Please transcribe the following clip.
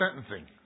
sentencing